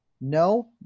No